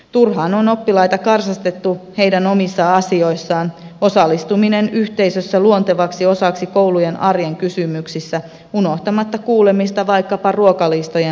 turhaan on oppilaita karsastettu heidän omissa asioissaan osallistuminen yhteisössä luontevaksi osaksi koulujen arjen kysymyksissä unohtamatta kuulemista vaikkapa ruokalistojen laadinnassa